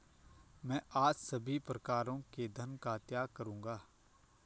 मैं आज सभी प्रकारों के धन का त्याग करूंगा